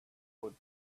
would